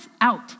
out